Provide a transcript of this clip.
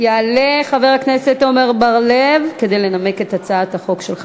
יעלה חבר הכנסת עמר בר-לב כדי לנמק את הצעת החוק שלו,